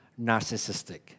narcissistic